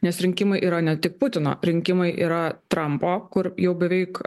nes rinkimai yra ne tik putino rinkimai yra trampo kur jau beveik